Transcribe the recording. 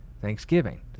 Thanksgiving